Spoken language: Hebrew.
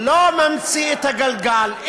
לא ממציא את הגלגל,